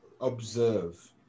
observe